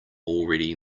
already